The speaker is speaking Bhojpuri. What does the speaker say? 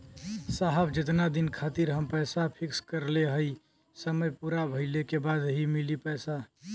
साहब जेतना दिन खातिर हम पैसा फिक्स करले हई समय पूरा भइले के बाद ही मिली पैसा?